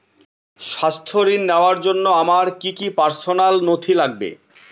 স্বাস্থ্য ঋণ নেওয়ার জন্য আমার কি কি পার্সোনাল নথি লাগবে?